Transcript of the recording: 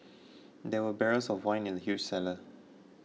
there were barrels of wine in the huge cellar